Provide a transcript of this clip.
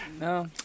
No